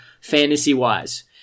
fantasy-wise